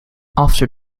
after